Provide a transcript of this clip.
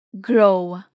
grow